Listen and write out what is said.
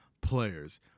players